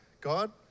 God